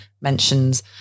mentions